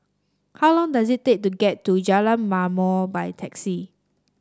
how long does it take to get to Jalan Ma'mor by taxi